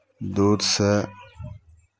दूधसँ